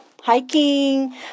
hiking